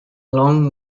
long